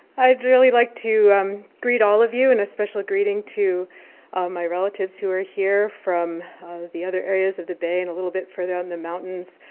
i'd really like to um greet all of you and a special greeting to my relatives who are here from the other areas of the bay and a little bit further on the mountains.